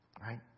right